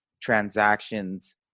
transactions